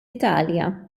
italja